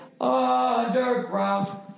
underground